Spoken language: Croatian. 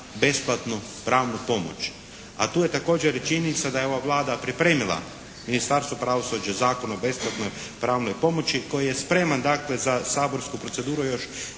besplatnu pravnu pomoć. A tu je također i čini mi se da je ova Vlada pripremila Ministarstvu pravosuđa Zakon o besplatnoj pravnoj pomoći koji je spreman dakle za saborsku proceduru još